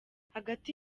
hagati